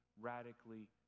radically